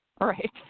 Right